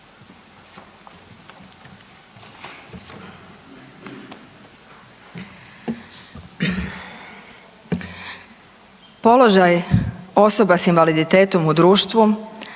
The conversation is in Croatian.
osoba s invaliditetom u društvo,